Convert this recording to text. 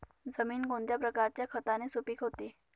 जमीन कोणत्या प्रकारच्या खताने सुपिक होते?